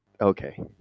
Okay